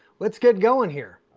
let's get going here.